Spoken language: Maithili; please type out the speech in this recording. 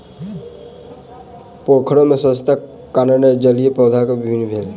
पोखैर में स्वच्छताक कारणेँ जलीय पौधा के वृद्धि भेल